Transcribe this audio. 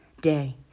day